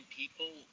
people